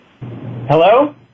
Hello